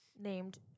named